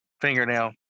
Fingernail